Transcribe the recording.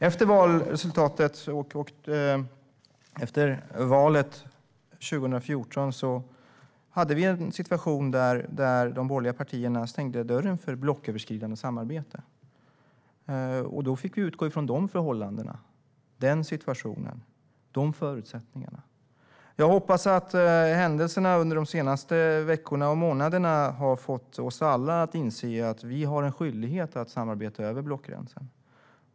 Efter valet 2014 hade vi en situation där de borgerliga partierna stängde dörren för blocköverskridande samarbete. Då fick vi utgå från de förhållandena, den situationen och de förutsättningarna. Jag hoppas att händelserna under de senaste veckorna och månaderna har fått oss alla att inse att vi har en skyldighet att samarbeta över blockgränsen.